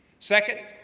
second,